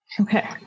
Okay